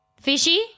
Fishy